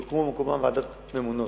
ויוקמו במקומן ועדות ממונות.